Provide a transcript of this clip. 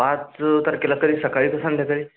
पाच तारखेला कधी सकाळी की संध्याकाळी